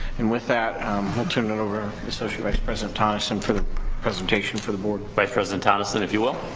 and with that i'll turn it over associate vice president tonnison for the presentation for the board. vice president tonnison if you will.